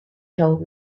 told